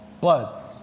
blood